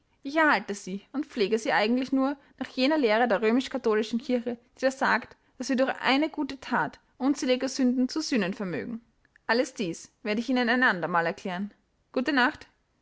ich erhalte sie und pflege sie eigentlich nur nach jener lehre der römisch-katholischen kirche die da sagt daß wir durch eine gute that unzählige sünden zu sühnen vermögen alles dies werde ich ihnen ein andermal erklären gute nacht